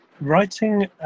Writing